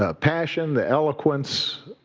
ah passion, the eloquence,